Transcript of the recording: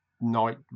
night